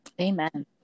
amen